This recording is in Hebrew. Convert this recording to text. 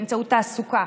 באמצעות תעסוקה,